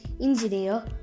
engineer